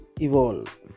evolve